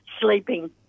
sleeping